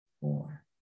four